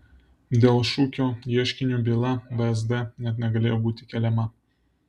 dėl šukio ieškinio byla vsd net negalėjo būti keliama